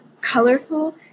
colorful